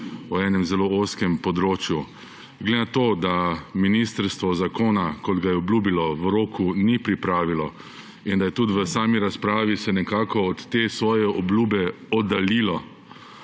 o enem zelo ozkem področju. Glede na to, da ministrstvo zakona, kot ga je obljubilo, v roku ni pripravilo in da se je tudi v sami razpravi nekako od te svoje obljube oddaljilo,